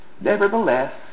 Nevertheless